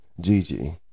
Gigi